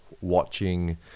watching